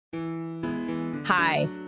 Hi